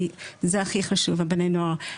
כי זה הכי חשוב בני הנוער,